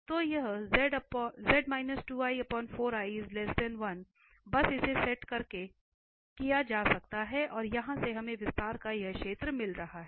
तो यह बस इसे सेट करके किया जा सकता है और यहां से हमें विस्तार का यह क्षेत्र मिल रहा है